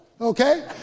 Okay